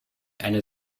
eine